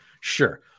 sure